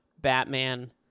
Batman